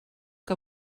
que